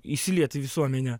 įsiliet į visuomenę